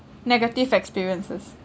negative experiences